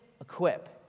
Equip